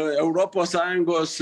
europos sąjungos